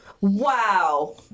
wow